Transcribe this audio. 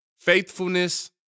faithfulness